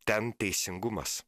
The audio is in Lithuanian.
ten teisingumas